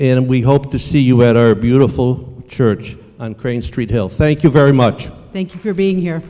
and we hope to see us at our beautiful church on crane st hill thank you very much thank you for being here